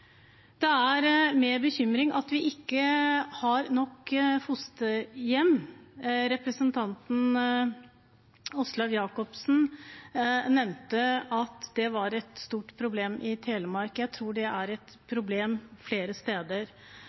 Det er en bekymring at vi ikke har nok fosterhjem. Representanten Åslaug Sem-Jacobsen nevnte at det var et stort problem i Telemark. Jeg tror det er et problem flere steder,